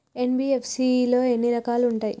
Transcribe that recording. NBFC లో ఎన్ని రకాలు ఉంటాయి?